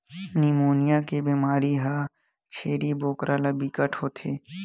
pneumonia के बेमारी ह छेरी बोकरा ल बिकट के होथे